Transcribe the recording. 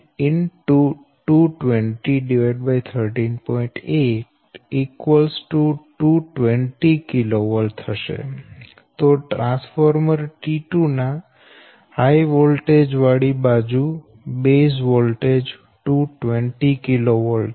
8 220 kV તો transformer T2 ના high voltage વાળી બાજુ બેઝ વોલ્ટેજ 220 kV છે